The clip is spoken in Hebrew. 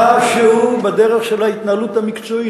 משהו בדרך של ההתנהלות המקצועית,